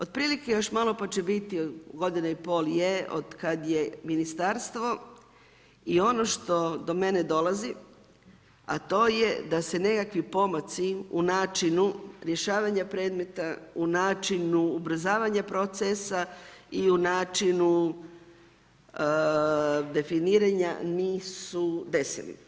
Otprilike još malo pa će biti godina i pol otkad je ministarstvo i ono što do mene dolazi, a to je da se nekakvi pomaci u načinu rješavanja predmeta, u načinu ubrzavanja procesa i u načinu definiranja, nisu desili.